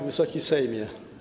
Wysoki Sejmie!